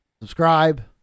subscribe